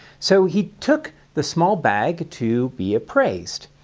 so he took the small bag to be appraised.